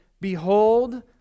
Behold